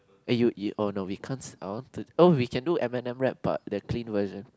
eh you you oh no we can't sing we can do Eminem rap but the clean version